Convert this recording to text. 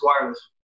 wireless